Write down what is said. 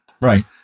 Right